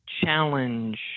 challenge